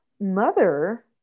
mother